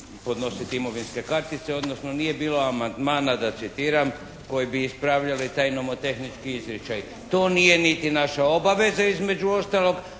podnositi imovinske kartice, odnosno nije bilo amandmana da citiram koji bi ispravljali taj nomotehnički izričaj. To nije niti naša obaveza između ostalog,